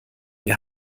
wir